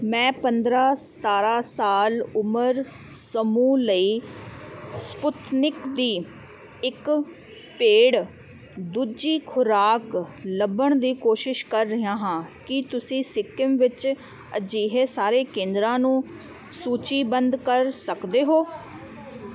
ਮੈਂ ਪੰਦਰਾਂ ਸਤਾਰਾਂ ਸਾਲ ਉਮਰ ਸਮੂਹ ਲਈ ਸਪੁਟਨਿਕ ਦੀ ਇੱਕ ਪੇਡ ਦੂਜੀ ਖੁਰਾਕ ਲੱਭਣ ਦੀ ਕੋਸ਼ਿਸ਼ ਕਰ ਰਿਹਾ ਹਾਂ ਕੀ ਤੁਸੀਂ ਸਿੱਕਮ ਵਿੱਚ ਅਜਿਹੇ ਸਾਰੇ ਕੇਂਦਰਾਂ ਨੂੰ ਸੂਚੀਬੱਧ ਕਰ ਸਕਦੇ ਹੋ